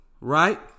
right